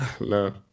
No